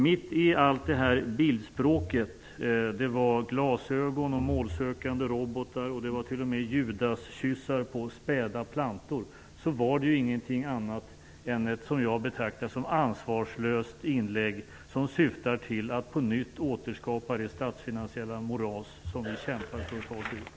Bakom allt det här bildspråket - det var glasögon, målsökande robotar och t.o.m. judaskyssar på späda plantor - fanns det ingenting annat än ett som jag betraktar det ansvarslöst inlägg som syftar till att på nytt återskapa det statsfinansiella moras som vi kämpar för att ta oss ur.